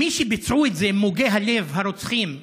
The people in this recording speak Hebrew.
מי שביצעו את זה, מוגי הלב, הרוצחים,